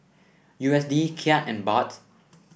U S D Kyat and Baht